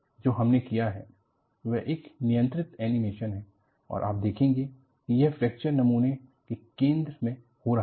जो हमने किया है वह एक नियंत्रित एनिमेशन है और आप देखेंगे कि यह फ्रैक्चर नमूने के केंद्र में हो रहा है